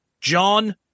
John